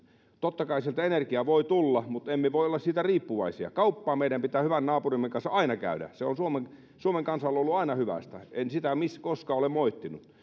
totta kai sieltä energiaa voi tulla mutta emme voi olla siitä riippuvaisia kauppaa meidän pitää hyvän naapurimme kanssa aina käydä se on suomen suomen kansalle ollut aina hyvästä en sitä koskaan ole moittinut